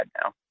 now